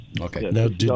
Okay